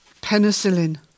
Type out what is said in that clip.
penicillin